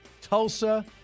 Tulsa